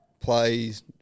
plays